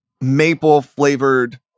maple-flavored